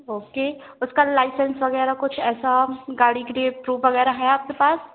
okay उसका licence वगैरह कुछ है ऐसा गाड़ी के लिए प्रूफ वगैरह है आपके पास